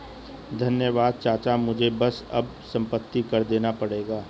धन्यवाद चाचा मुझे बस अब संपत्ति कर देना पड़ेगा